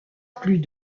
plus